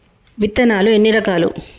విత్తనాలు ఎన్ని రకాలు?